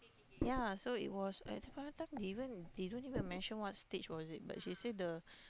yea so it was at the point of time they even they don't even measure what stage was it but she the